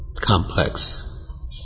complex